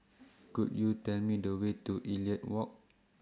Could YOU Tell Me The Way to Elliot Walk